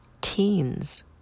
teens